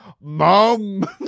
Mom